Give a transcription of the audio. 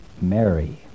Mary